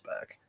back